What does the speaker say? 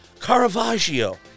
Caravaggio